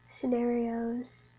scenarios